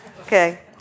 Okay